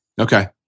Okay